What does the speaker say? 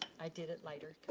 i did it lighter